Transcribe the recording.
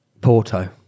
Porto